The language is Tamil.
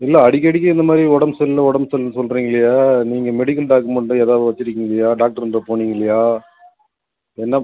இல்லை அடிக்கடிக்கு இந்தமாதிரி உடம்பு சரில்லை உடம்பு சரில்லைன்னு சொல்கிறிங்க இல்லையா நீங்கள் மெடிக்கல் டாக்குமெண்ட் ஏதாவது வச்சுருக்கிங்கல்லையா டாக்டருங்கிட்ட போனீங்க இல்லையா என்ன